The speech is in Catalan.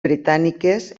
britàniques